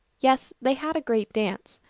yes, they had a great dance.